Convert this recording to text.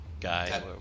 guy